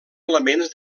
elements